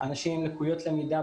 אנשים עם לקויות למידה,